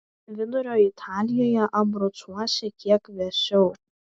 vidurio italijoje abrucuose kiek vėsiau